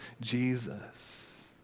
Jesus